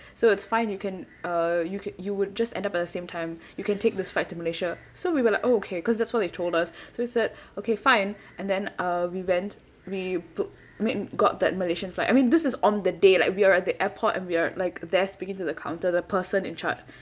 so it's fine you can uh you can you would just end up at the same time you can take this fight to malaysia so we were like okay because that's what they told us so we said okay fine and then uh we went we book I mean got that malaysian flight I mean this is on the day like we are at the airport and we are like there speaking to the counter the person in charge